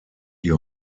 die